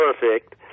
perfect